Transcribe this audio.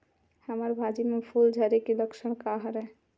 हमर भाजी म फूल झारे के लक्षण का हरय?